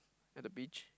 at the beach